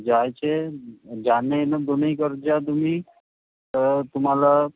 जायचे जाणं येणं दोन्ही करूजा तुम्ही तर तुम्हाला